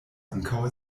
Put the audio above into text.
ankaŭ